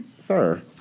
Sir